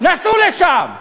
נסעו לשם.